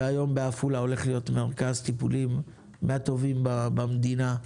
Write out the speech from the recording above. והיום בעפולה הולך להיות מרכז טיפולים מהטובים במדינה.